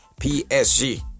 PSG